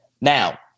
Now